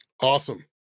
Awesome